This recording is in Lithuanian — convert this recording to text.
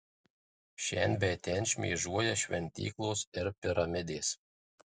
šen bei ten šmėžuoja šventyklos ir piramidės